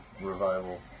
Revival